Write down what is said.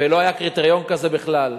ולא היה קריטריון כזה בכלל,